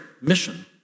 mission